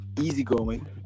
easygoing